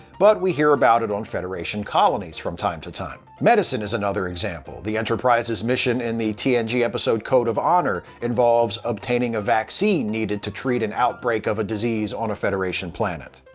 but we hear about it on federation colonies from time to time. medicine is another example the enterprise's mission in the tng episode code of honor involves obtaining a vaccine needed to treat an outbreak of a disease on a federation planet.